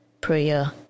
prayer